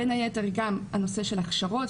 בין היתר גם הנושא של הכשרות,